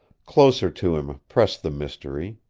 closer to him pressed the mystery,